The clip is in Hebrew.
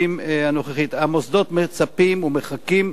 המוסדות מצפים ומחכים לחוק הזה.